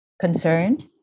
Concerned